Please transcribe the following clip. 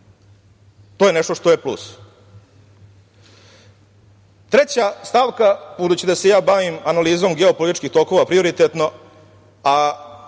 To je nešto što je plus. Treća stavka, budući da se ja bavim analizom geopolitičkih tokova prioritetno,